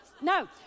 No